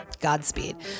Godspeed